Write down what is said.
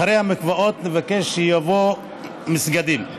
אחרי "מקוואות" אבקש שיבוא "מסגדים".